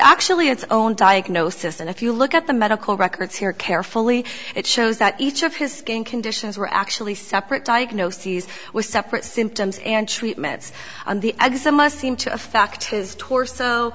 actually its own diagnosis and if you look at the medical records here carefully it shows that each of his skin conditions were actually separate diagnoses with separate symptoms and treatments on the